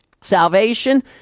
Salvation